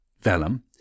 Vellum